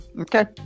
okay